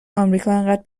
امریکااینقدر